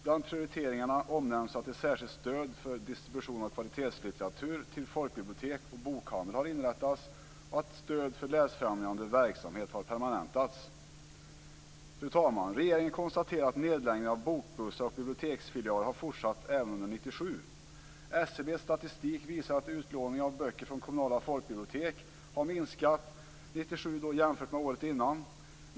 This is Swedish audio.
Bland prioriteringarna omnämns att ett särskilt stöd för distribution av kvalitetslitteratur till folkbibliotek och bokhandeln har inrättats, och att stöd för läsfrämjande verksamhet har permanentats. Fru talman! Regeringen konstaterar att nedläggningen av bokbussar och biblioteksfilialer har fortsatt även under 1997. SCB:s statistik visar att utlåningen av böcker från kommunala folkbibliotek har minskat 1997 jämfört med året innan.